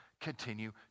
continue